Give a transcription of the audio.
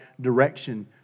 direction